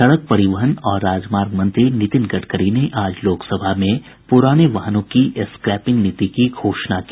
सड़क परिवहन और राजमार्ग मंत्री नितिन गडकरी ने आज लोकसभा में पुराने वाहनों की स्क्रैपिंग नीति की घोषणा की